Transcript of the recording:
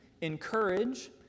encourage